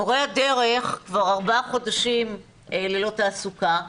מורי הדרך כבר ארבעה חודשים ללא תעסוקה,